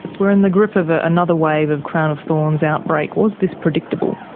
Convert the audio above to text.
we're in the grip of ah another wave of crown-of-thorns outbreak. was this predictable?